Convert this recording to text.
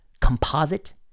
composite